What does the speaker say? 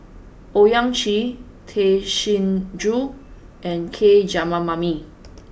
Owyang Chi Tay Chin Joo and K Jayamani